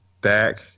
Back